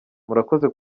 murakoze